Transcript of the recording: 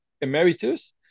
Emeritus